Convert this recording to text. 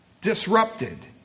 disrupted